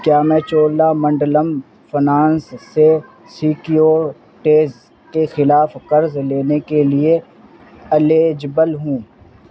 کیا میں Cholamandalam finance سے سیکیو ٹیز کے خلاف قرض لینے کے لیے ایلیجبل ہوں